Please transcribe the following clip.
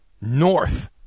north